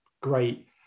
great